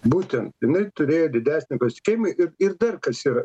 būtent jinai turėjo didesnį pasitikėjimai ir ir dar kas yra